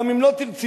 גם אם לא תרצי,